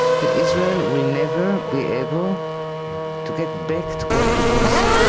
that israel will never be able to get back to what it was.